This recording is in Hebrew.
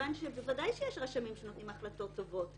כיוון שבוודאי שיש רשמים שנותנים החלטות טובות,